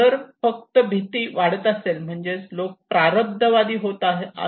जर फक्त भीती वाढत असेल म्हणजेच लोक प्रारब्धवादी होत आहे